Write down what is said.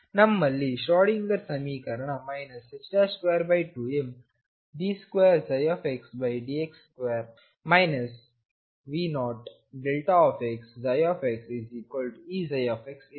ನಮ್ಮಲ್ಲಿ ಶ್ರೋಡಿಂಗರ್ ಸಮೀಕರಣ 22md2xdx2 V0xxEψ ವಿದೆ